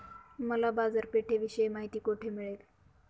मला बाजारपेठेविषयी माहिती कोठे मिळेल?